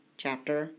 chapter